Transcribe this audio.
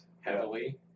heavily